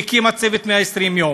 והיא הקימה את "צוות 120 הימים".